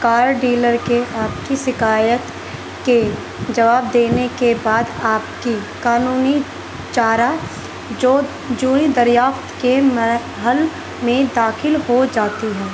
کار dealer کے آپ کی شکایت کے جواب دینے کے بعد آپ کی قانونی چارہ جوئی دریافت کے مرحل میں داخل ہو جاتی ہیں